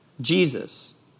Jesus